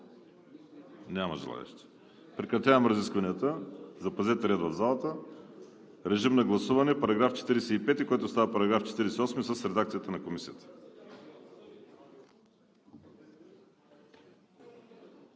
Няма желаещи. Прекратявам разискванията. Запазете ред в залата! Режим на гласуване § 45, който става § 48 с редакцията на Комисията.